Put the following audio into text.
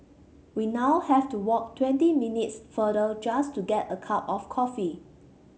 we now have to walk twenty minutes farther just to get a cup of coffee